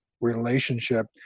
relationship